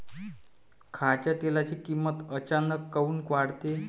खाच्या तेलाची किमत अचानक काऊन वाढते?